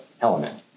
element